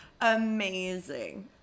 Amazing